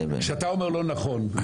כשאתה אומר לא נכון.